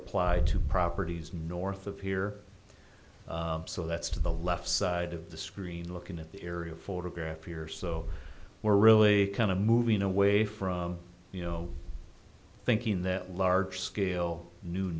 applied to properties north of here so that's to the left side of the screen looking at the aerial photograph here so we're really kind of moving away from you know thinking that large scale new